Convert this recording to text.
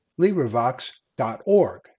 LibriVox.org